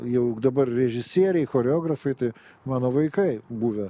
jau dabar režisieriai choreografai tai mano vaikai buvę